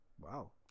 Wow